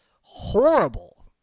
horrible